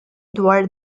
dwar